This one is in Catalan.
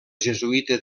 jesuïta